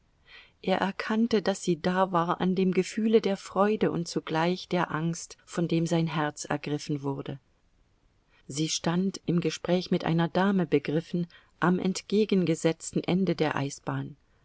er erkannte daß sie da war an dem gefühle der freude und zugleich der angst von dem sein herz ergriffen wurde sie stand im gespräch mit einer dame begriffen am entgegengesetzten ende der eisbahn